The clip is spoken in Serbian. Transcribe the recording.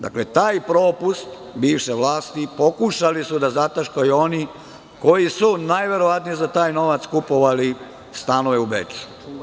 Dakle, taj propust bivše vlasti pokušali su da zataškaju oni koji su najverovatnije za taj novac kupovali stanove u Beču.